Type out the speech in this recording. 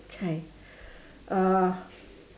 okay uh